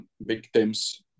victims